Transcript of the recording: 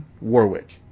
Warwick